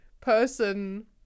person